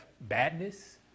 badness